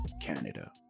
Canada